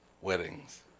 weddings